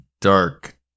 dark